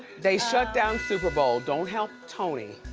they shut down super bowl. don't help tony.